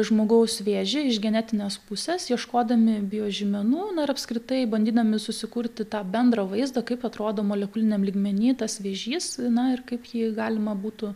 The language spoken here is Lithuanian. žmogaus vėžį iš genetinės pusės ieškodami biožymenų na ir apskritai bandydami susikurti tą bendrą vaizdą kaip atrodo molekuliniam lygmeny tas vėžys na ir kaip jį galima būtų